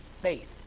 faith